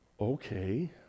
Okay